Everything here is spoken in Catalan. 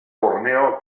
borneo